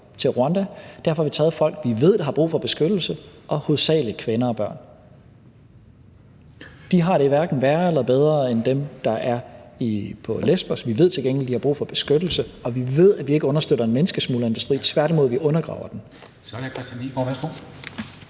Derfor har vi taget folk, vi ved der har brug for beskyttelse, og hovedsagelig kvinder og børn. De har det hverken værre eller bedre end dem, der er på Lesbos. Vi ved til gengæld, at de har brug for beskyttelse, og vi ved, at vi ikke understøtter en menneskesmuglerindustri, tværtimod. Vi undergraver den. Kl. 16:02 Den fg. formand